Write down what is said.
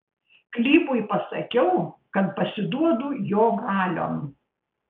klybui pasakiau kad pasiduodu jo galion